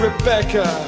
Rebecca